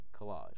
Collage